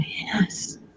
yes